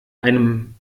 einem